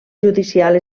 judicial